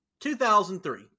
2003